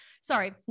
sorry